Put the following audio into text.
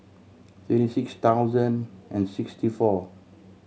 twenty six thousand and sixty four